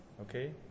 okay